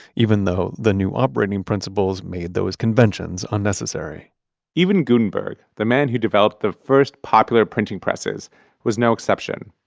even though the new operating principles made those conventions unnecessary even gutenberg, the man who developed the first popular printing presses was no exception.